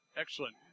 Excellent